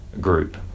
group